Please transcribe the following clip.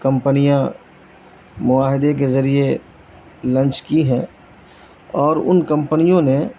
کمپنیاں معاہدے کے ذریعے لنچ کی ہیں اور ان کمپنیوں نے